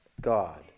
God